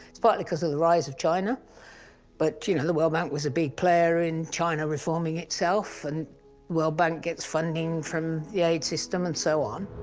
it's partly because of the rise of china but you know the world bank was a big player in china reforming itself and the world bank gets funding from the aid system and so on.